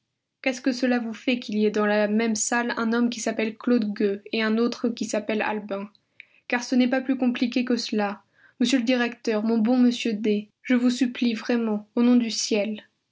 qu'est-ce que cela vous fait qu'il y ait dans la même salle un homme qui s'appelle claude gueux et un autre qui s'appelle albin car ce n'est pas plus compliqué que cela monsieur le directeur mon bon monsieur d je vous supplie vraiment au nom du ciel